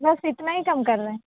بس اتنا ہی کم کرنا ہے